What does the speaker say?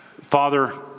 Father